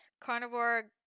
carnivore